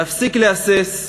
להפסיק להסס,